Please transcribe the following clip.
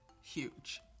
Huge